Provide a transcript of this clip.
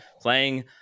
playing